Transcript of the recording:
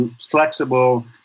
flexible